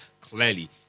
clearly